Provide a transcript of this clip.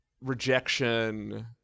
rejection